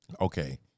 Okay